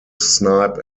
snipe